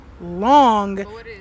long